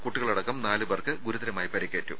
കുട്ടികളടക്കം നാലു പേർക്ക് ഗുരുതരമായി പരിക്കേറ്റു